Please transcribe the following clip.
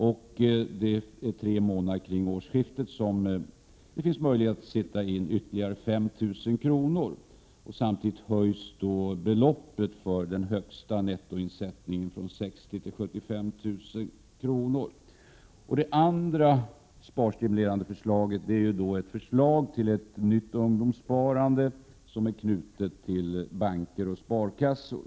Under tre månader kring årsskiftet finns det möjlighet att sätta in ytterligare 5 000 kr. Samtidigt höjs då beloppet för den högsta nettoinsättningen från 60 000 kr. till 75 000 kr. Det andra sparstimulerande förslaget är ett förslag till ett nytt ungdomssparande, som är knutet till banker och sparkassor.